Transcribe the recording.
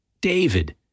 David